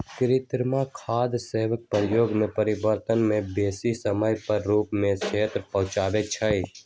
कृत्रिम खाद सभके प्रयोग से पर्यावरण के बेशी समय के रूप से क्षति पहुंचइ छइ